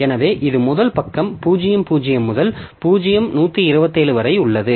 எனவே இது முதல் பக்கம் 0 0 முதல் 0 127 வரை உள்ளது